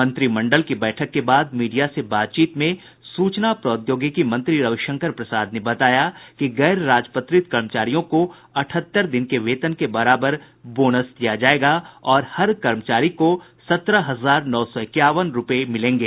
मंत्रिमंडल की बैठक के बाद मीडिया से बातचीत में सूचना प्रौद्योगिकी मंत्री रविशंकर प्रसाद ने बताया कि गैर राजपत्रित कर्मचारियों को अठहत्तर दिन के वेतन के बराबर बोनस दिया जायेगा और हर कर्मचारी को सत्रह हजार नौ सौ इक्यावन रूपये मिलेंगे